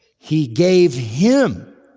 he gave him